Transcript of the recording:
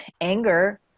Anger